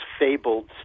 fabled